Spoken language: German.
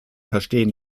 verstehen